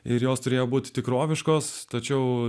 ir jos turėjo būti tikroviškos tačiau